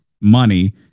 money